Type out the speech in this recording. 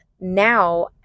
now